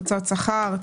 הוצאות שכר,